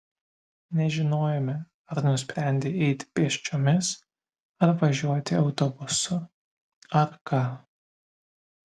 nežinojome ar nusprendei eiti pėsčiomis ar važiuoti autobusu ar ką